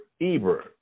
Eber